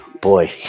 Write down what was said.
boy